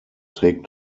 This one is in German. trägt